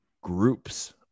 groups